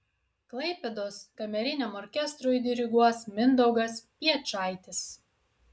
klaipėdos kameriniam orkestrui diriguos mindaugas piečaitis